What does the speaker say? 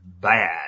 bad